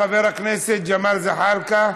חבר הכנסת ג'מאל זחאלקה,